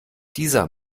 dieser